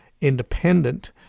Independent